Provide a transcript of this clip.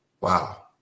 Wow